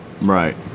right